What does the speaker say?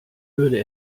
würde